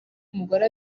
umugore